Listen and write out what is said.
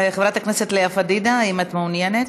חברת הכנסת לאה פדידה, האם את מעוניינת?